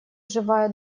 живая